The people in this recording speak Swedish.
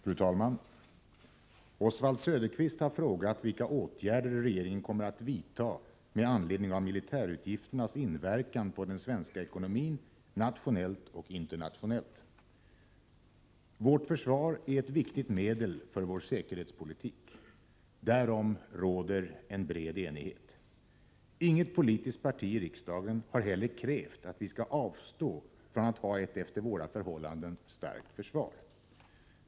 Fru talman! Oswald Söderqvist har frågat vilka åtgärder regeringen kommer att vidta med anledning av militärutgifternas inverkan på den svenska ekonomin, nationellt och internationellt. Vårt försvar är ett viktigt medel för vår säkerhetspolitik. Därom råder en bred enighet. Inget politiskt parti i riksdagen har heller krävt att vi skall avstå från att ha ett efter våra förhållanden starkt försvar.